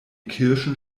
kirschen